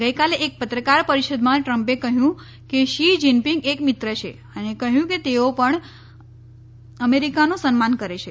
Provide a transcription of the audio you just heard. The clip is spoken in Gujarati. ગઇકાલે એક પત્રકાર પરિષદમાં ટ્રમ્પે કહ્યું કે શી જીનપીંગ એક મિત્ર છે અને કહ્યું કે તેઓ પણ અમેરીકાનું સન્માન કરે છે